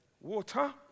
water